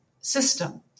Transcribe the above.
system